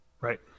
Right